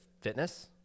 fitness